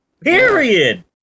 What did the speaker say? Period